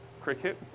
cricket